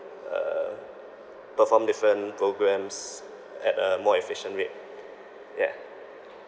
uh perform different programmes at a more efficient rate yeah